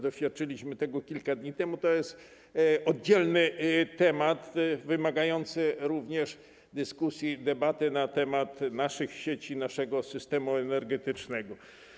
Doświadczaliśmy tego kilka dni temu i to jest oddzielny temat wymagający dyskusji, debaty na temat naszych sieci, naszego systemu energetycznego.